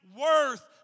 worth